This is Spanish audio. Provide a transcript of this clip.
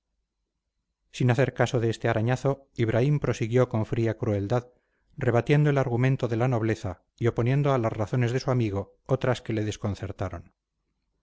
sin hacer caso de este arañazo ibraim prosiguió con fría crueldad rebatiendo el argumento de la nobleza y oponiendo a las razones de su amigo otras que le desconcertaron